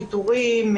פיטורים,